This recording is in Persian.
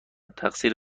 تقصیر